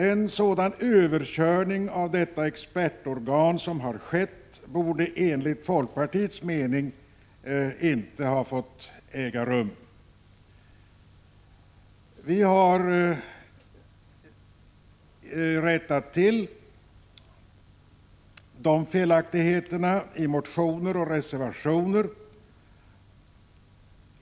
En sådan överkörning av detta expertorgan som har skett borde enligt folkpartiets mening inte ha fått äga rum. Vi har rättat till dessa felaktigheter i motioner och reservationer.